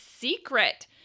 secret